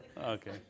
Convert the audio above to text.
Okay